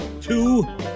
Two